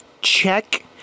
Check